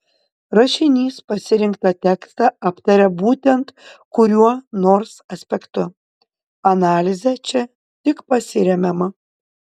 rašinys pasirinktą tekstą aptaria būtent kuriuo nors aspektu analize čia tik pasiremiama